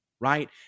right